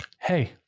Hey